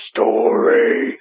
Story